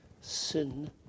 sin